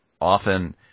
often